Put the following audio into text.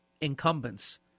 incumbents